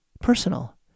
personal